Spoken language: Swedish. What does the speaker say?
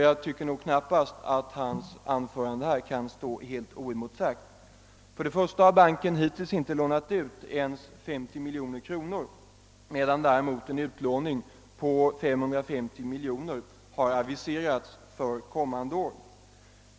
Jag tycker knappast att herr Göranssons anförande här kan stå helt oemotsagt. Investeringsbanken har hittills inte lånat ut ens 50 miljoner kronor, medan däremot en utlåning på 550 miljoner kronor har aviserats för kommande år.